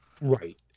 Right